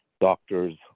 doctors